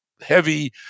heavy